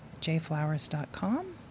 jflowers.com